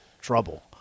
Trouble